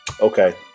Okay